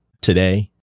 today